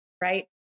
right